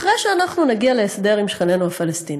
אחרי שאנחנו נגיע להסדר עם שכנינו הפלסטינים.